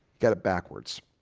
got it backwards